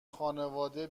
خانواده